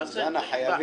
אוזנה, חייבים.